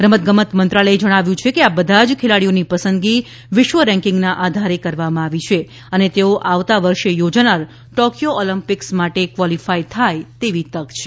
રમત ગમત મંત્રાલયે જણાવ્યું છે કે આ બધા જ ખેલાડીઓની પસંદગી વિશ્વ રેકીંગના આધારે કરવામાં આવી છે અને તેઓ આવતા વર્ષે યોજાનાર ટોકીયો ઓલમ્પીકસ માટે કવોલીફાય થાય તેવી તક છે